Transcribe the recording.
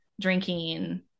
drinking